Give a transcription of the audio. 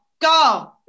go